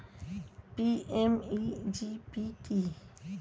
PMEGP কি?